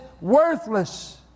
worthless